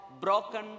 broken